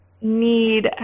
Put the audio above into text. need